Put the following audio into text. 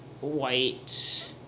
white